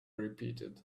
repeated